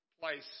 place